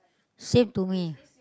send to me